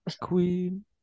Queen